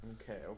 Okay